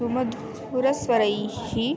सुमधुरस्वरैः